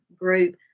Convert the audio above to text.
group